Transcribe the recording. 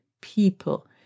people